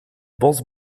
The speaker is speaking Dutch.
bos